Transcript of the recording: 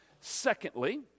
Secondly